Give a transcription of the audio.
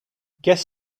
guest